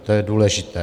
To je důležité.